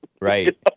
Right